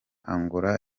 angola